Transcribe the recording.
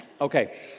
Okay